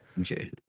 Okay